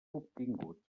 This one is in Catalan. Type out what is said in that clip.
obtingut